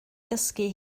ddysgu